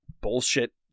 bullshit